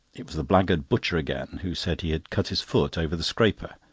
it was the blackguard butcher again, who said he had cut his foot over the scraper,